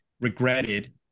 regretted